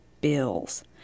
bills